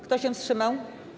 Kto się wstrzymał?